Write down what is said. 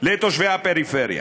לתושבי הפריפריה.